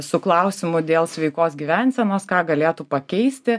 su klausimu dėl sveikos gyvensenos ką galėtų pakeisti